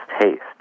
taste